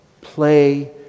play